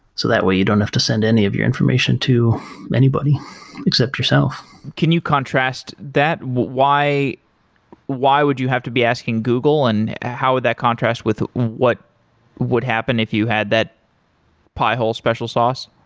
so that way, you don't have to send any of your information to anybody except yourself can you contrast that? why why would you have to be asking google and how would that contrast with what would happen if you had that pi-hole special sauce?